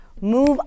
Move